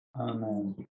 Amen